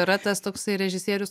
yra tas toksai režisierius